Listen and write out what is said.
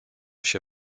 się